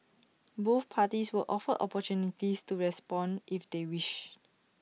both parties were offered opportunities to respond if they wished